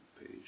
page